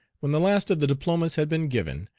when the last of the diplomas had been given,